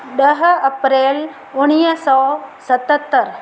ॾह अप्रैल उणिवीह सौ सतरि